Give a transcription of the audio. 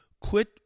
Quit